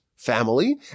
family